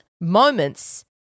moments